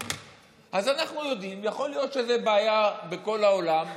אז אנחנו יודעים, יכול להיות שזו בעיה בכל העולם,